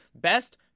best